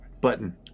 button